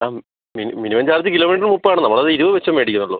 ആ mini minimum charge കിലോമീറ്ററിന് മുപ്പതാണ് നമ്മളത് ഇരുപത് വെച്ചേ മേടിക്കുന്നുള്ളൂ